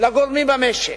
לגורמים במשק.